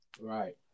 Right